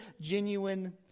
genuine